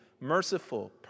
merciful